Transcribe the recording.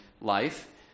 life